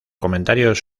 comentarios